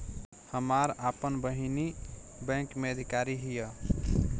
हमार आपन बहिनीई बैक में अधिकारी हिअ